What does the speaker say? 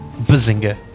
Bazinga